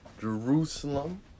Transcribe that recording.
Jerusalem